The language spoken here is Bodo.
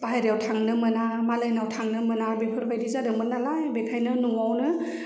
बाहेरायाव थांनो मोना मालायनियाव थांनो मोना बेफोरबायदि जादोंमोन नालाय बेखायनो न'आवनो